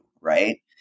right